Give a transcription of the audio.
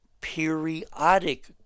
periodic